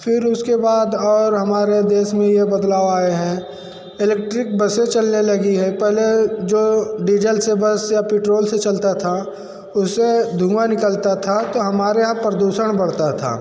फिर उसके बाद और हमारे देश में ये बदलाव आए हैं इलेक्ट्रिक बसें चलने लगी है पहले जो डीजल से बस या पेट्रोल से चलती थी उससे धुँआ निकलता था तो हमारे यहाँ प्रदूषण बढ़ता था